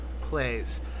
plays